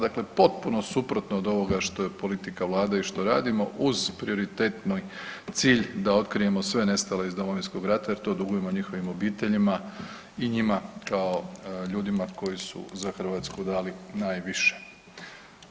Dakle potpuno suprotno od ovoga što je politika Vlade i što radimo, uz prioritetni cilj da otkrijemo sve nestale iz Domovinskog rata jer to dugujemo njihovim obiteljima i njima kao ljudima koji su za Hrvatsku dali najviše.